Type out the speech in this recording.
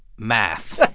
math.